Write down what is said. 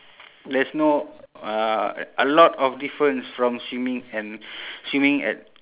there's no uh a lot of difference from swimming and swimming at